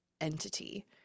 entity